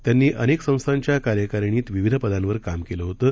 त्यांनी अनेक संस्थांच्या कार्यकारिणीत विविध पदांवर काम केलं होतं